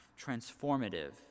transformative